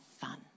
fun